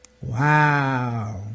Wow